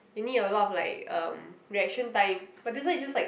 you need a lot of like um reaction time but this one is just like